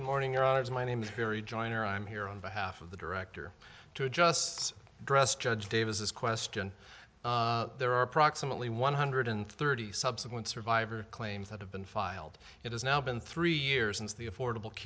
is my name is very joiner i'm here on behalf of the director to adjust address judge davis's question there are approximately one hundred thirty subsequent survivor claims that have been filed it has now been three years since the affordable